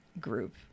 group